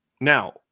Now